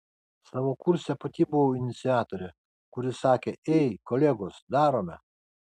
savo kurse pati buvau iniciatorė kuri sakė ei kolegos darome